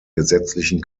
gesetzlichen